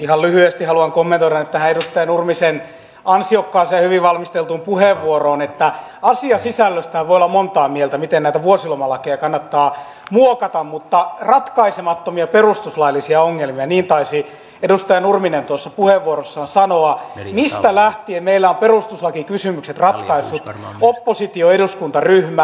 ihan lyhyesti haluan kommentoida nyt tähän edustaja nurmisen ansiokkaaseen ja hyvin valmisteltuun puheenvuoroon että asiasisällöstähän voi olla montaa mieltä miten näitä vuosilomalakeja kannattaa muokata mutta mitä tulee ratkaisemattomiin perustuslaillisiin ongelmiin niin taisi edustaja nurminen tuossa puheenvuorossaan sanoa mistä lähtien meillä on perustuslakikysymykset ratkaissut oppositioeduskuntaryhmä